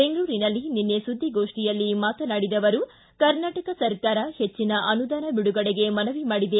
ಬೆಂಗಳೂರಿನಲ್ಲಿ ನಿನ್ನೆ ಸುದ್ದಿಗೋಷ್ಠಿಯಲ್ಲಿ ಮಾತನಾಡಿದ ಅವರು ಕರ್ನಾಟಕ ಸರ್ಕಾರ ಹೆಚ್ಚಿನ ಅನುದಾನ ಬಿಡುಗಡೆಗೆ ಮನವಿ ಮಾಡಿದೆ